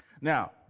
Now